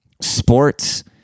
sports